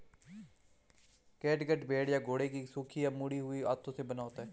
catgut भेड़ या घोड़ों की सूखी और मुड़ी हुई आंतों से बना होता है